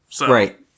Right